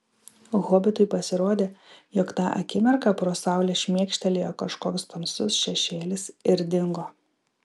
hobitui pasirodė jog tą akimirką pro saulę šmėkštelėjo kažkoks tamsus šešėlis ir dingo